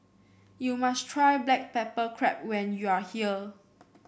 you must try Black Pepper Crab when you are here